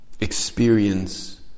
experience